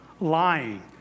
Lying